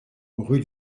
rue